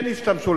כן ישתמשו,